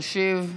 תשיב,